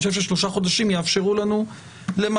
אני חושב ששלושה חודשים יאפשרו לנו למצות